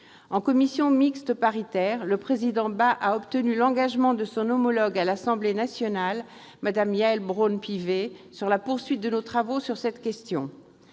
la commission mixte paritaire, le président Philippe Bas a obtenu l'engagement de son homologue à l'Assemblée nationale, Mme Yaël Braun-Pivet, sur la poursuite de nos travaux sur cette question.